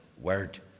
word